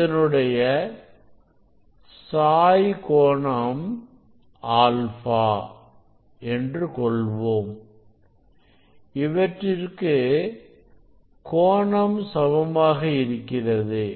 இதனுடைய சாய் கோணம் α alpha கொள்வோம் இவற்றிற்கு கோணம் சமமாக இருக்கிறது